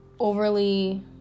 overly